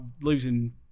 losing